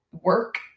work